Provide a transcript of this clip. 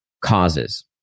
causes